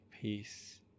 peace